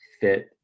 fit